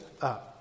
up